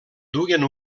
duien